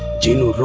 genie?